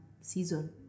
season